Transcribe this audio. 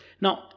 now